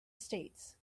states